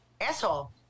asshole